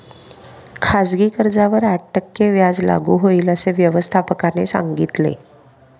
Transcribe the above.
खाजगी कर्जावर आठ टक्के व्याज लागू होईल, असे व्यवस्थापकाने सांगितले